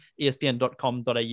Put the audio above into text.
ESPN.com.au